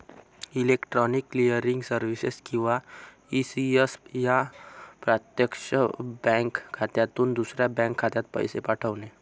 electronic clearing services किंवा ECS हा प्रत्यक्षात बँक खात्यातून दुसऱ्या बँक खात्यात पैसे पाठवणे